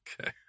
Okay